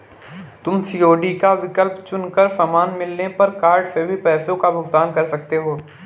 तुम सी.ओ.डी का विकल्प चुन कर सामान मिलने पर कार्ड से भी पैसों का भुगतान कर सकती हो